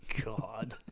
god